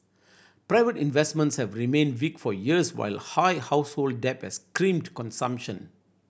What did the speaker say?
private investments have remained weak for years while high household debts crimped consumption